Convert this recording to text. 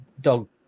dog